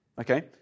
Okay